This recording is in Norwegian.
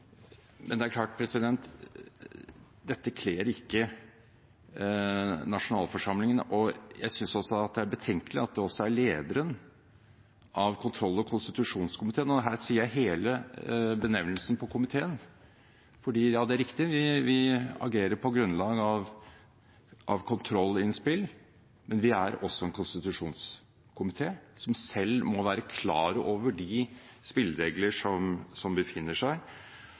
Men dette kler ikke nasjonalforsamlingen. Jeg synes også at det er betenkelig at det er lederen av kontroll- og konstitusjonskomiteen. Og her sier jeg hele benevnelsen på komiteen fordi – det er riktig, vi agerer på grunnlag av kontrollinnspill – vi er også en konstitusjonskomité, som selv må være klar over de spilleregler som er, og som